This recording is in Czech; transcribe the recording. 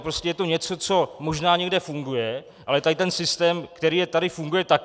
Prostě je to něco, co možná někde funguje, ale ten systém, který je tady, funguje také.